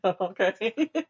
Okay